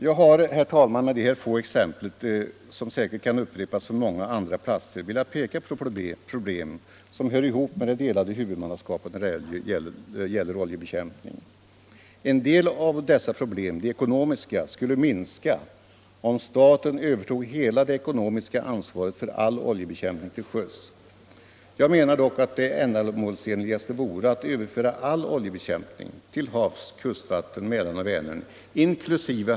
Jag har, herr talman, med de här exemplen, som säkert kan upprepas från många andra platser, velat peka på de problem som hör ihop med det delade huvudmannaskapet när det gäller oljebekämpning. En del av dessa problem, de ekonomiska, skulle minska, om staten övertog hela det ekonomiska ansvaret för all oljebekämpning till sjöss. Jag menar dock att det ändamålsenligaste vore att överföra all oljebekämpning — till havs, i kustvatten, i Mälaren och i Vänern inkl.